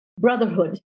brotherhood